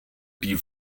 die